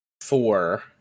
Four